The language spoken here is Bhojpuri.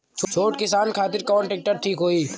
छोट किसान खातिर कवन ट्रेक्टर ठीक होई?